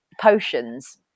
potions